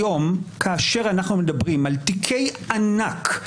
כאשר אנחנו מדברים על תיקי ענק,